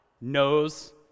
knows